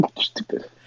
stupid